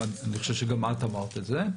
ואני חושב שגם את אמרת את זה.